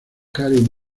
carey